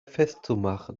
festzumachen